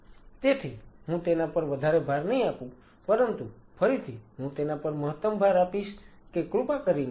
તેથી હું તેના પર વધારે ભાર નહીં આપું પરંતુ ફરીથી હું તેના પર મહતમ ભાર આપીશ કે કૃપા કરીને